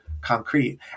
concrete